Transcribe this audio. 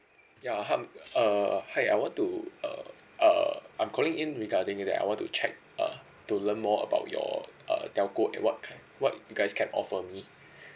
ya hung uh hi I want to uh uh I'm calling in regarding that I want to check uh to learn more about your uh telco and what what you guys can offer me